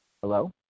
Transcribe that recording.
Hello